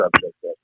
subject